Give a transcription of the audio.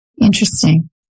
Interesting